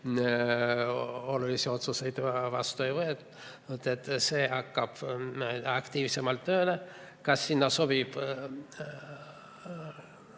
olulisi otsuseid vastu ei võetud –, hakkab aktiivsemalt tööle. Kas sinna sobib